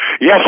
Yes